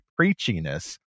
preachiness